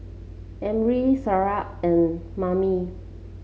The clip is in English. Amrin Syirah and Mommy